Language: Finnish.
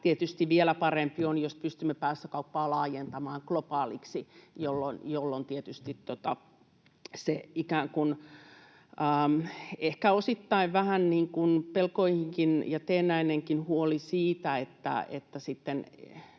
Tietysti vielä parempi on, jos pystymme päästökauppaa laajentamaan globaaliksi, jolloin tietysti se ehkä osittain vähän pelkoihinkin perustuva ja teennäinenkin huoli siitä, että